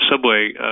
Subway